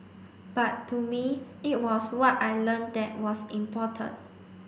but to me it was what I learnt that was important